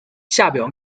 下表